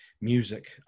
music